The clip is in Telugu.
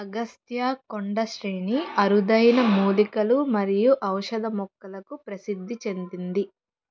అగస్త్య కొండ శ్రేణి అరుదైన మూలికలు మరియు ఔషధ మొక్కలకు ప్రసిద్ధి చెందింది